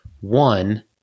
One